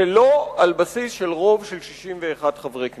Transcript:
שלא על בסיס של רוב של 61 חברי כנסת.